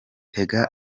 tega